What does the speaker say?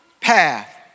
path